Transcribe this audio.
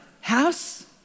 house